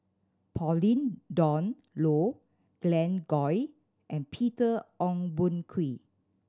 Pauline Dawn Loh Glen Goei and Peter Ong Boon Kwee